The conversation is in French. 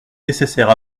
nécessaire